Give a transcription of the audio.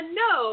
no